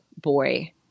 boy